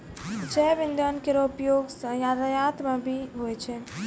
जैव इंधन केरो उपयोग सँ यातायात म भी होय छै